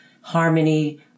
harmony